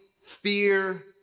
fear